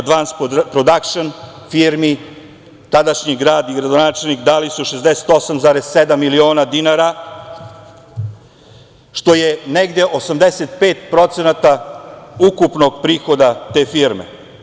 Advans prodakšn, firmi, tadašnji grad i gradonačelnik dali su 68,7 miliona dinara, što je negde 85% ukupnog prihoda te firme.